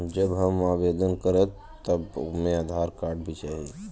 जब हम आवेदन करब त ओमे आधार कार्ड भी चाही?